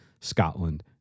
Scotland